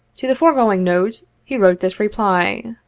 to the foregoing note, he wrote this reply